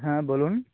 হ্যাঁ বলুন